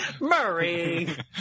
Murray